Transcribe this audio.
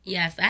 Yes